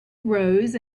rose